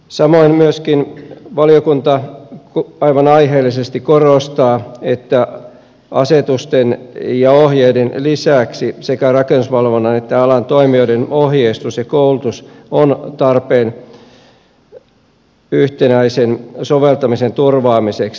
samoin valiokunta aivan aiheellisesti myöskin korostaa että asetusten ja ohjeiden lisäksi sekä rakennusvalvonnan että alan toimijoiden ohjeistus ja koulutus on tarpeen yhtenäisen soveltamisen turvaamiseksi